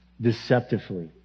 deceptively